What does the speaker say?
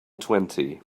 twenty